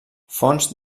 fonts